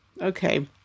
Okay